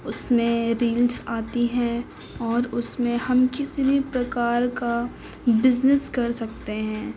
اس میں ریلس آتی ہیں اور اس میں ہم کسی بھی پرکار کا بزنس کر سکتے ہیں